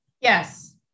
Yes